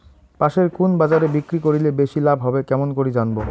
পাশের কুন বাজারে বিক্রি করিলে বেশি লাভ হবে কেমন করি জানবো?